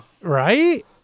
Right